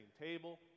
table